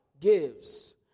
gives